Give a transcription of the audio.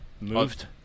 Moved